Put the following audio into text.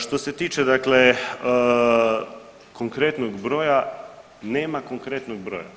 Što se tiče dakle konkretnog broja, nema konkretnog broja.